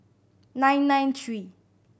nine nine three